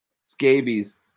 Scabies